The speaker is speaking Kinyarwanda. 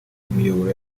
imiyoboro